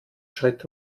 schritt